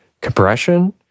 compression